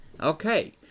Okay